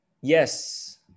Yes